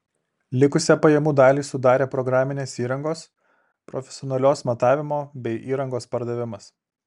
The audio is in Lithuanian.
likusią pajamų dalį sudarė programinės įrangos profesionalios matavimo bei įrangos pardavimas